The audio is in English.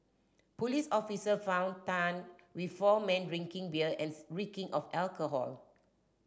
police officer found Tan with four men drinking beer and reeking of alcohol